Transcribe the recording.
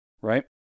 Right